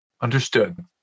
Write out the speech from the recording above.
Understood